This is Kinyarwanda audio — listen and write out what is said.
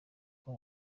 ngo